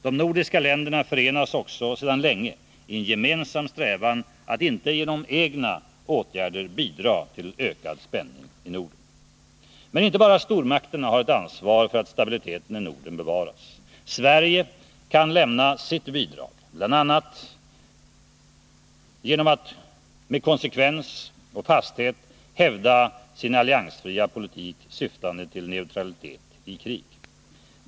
De nordiska länderna förenas också sedan länge i en gemensam strävan att inte genom egna åtgärder bidra till ökad spänning i Norden. Men inte bara stormakterna har ett ansvar för att stabiliteten i Norden bevaras. Sverige kan lämna sitt bidrag bl.a. genom att med konsekvens och fasthet hävda sin alliansfria politik, syftande till neutralitet i krig.